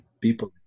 people